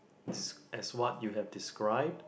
des~ as what you have described